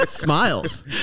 Smiles